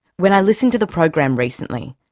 when i listened to the program recently,